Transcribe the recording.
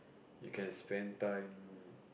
you can spend time